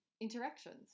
interactions